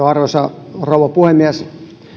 arvoisa rouva puhemies